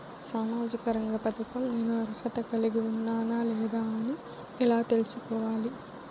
సామాజిక రంగ పథకం నేను అర్హత కలిగి ఉన్నానా లేదా అని ఎలా తెల్సుకోవాలి?